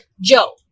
Joe